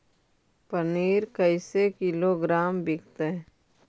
पनिर कैसे किलोग्राम विकतै?